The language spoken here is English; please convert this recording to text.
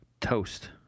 Toast